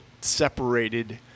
separated